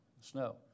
snow